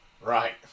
Right